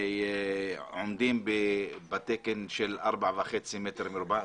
עומדים בתקן של 4.5 מטר מרובע.